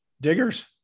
diggers